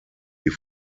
die